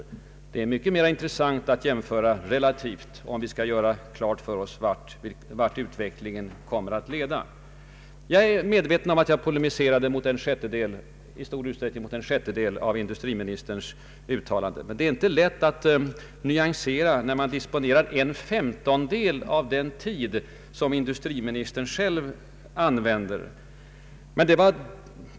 Och det är mycket mera intressant att göra sådana relativa jämförelser om vi med hjälp av dem vill försöka skåda in i framtiden. Jag är medveten om att jag i stor utsträckning polemiserade mot en sjättedel av industriministerns uttalanden. Men det är inte lätt att nyansera när man disponerar en femtondel av den tid som industriministern själv använde.